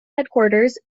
headquarters